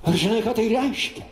ar žinai ką tai reiškia